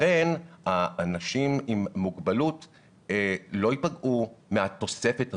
לכן אנשים עם מוגבלות לא ייפגעו מהתוספת הזאת.